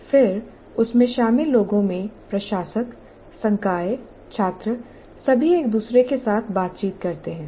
फिर उसमें शामिल लोगों में प्रशासक संकाय छात्र सभी एक दूसरे के साथ बातचीत करते हैं